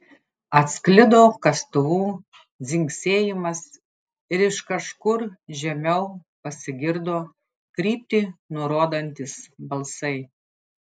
atsklido kastuvų dzingsėjimas ir iš kažkur žemiau pasigirdo kryptį nurodantys balsai